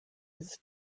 his